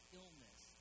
illness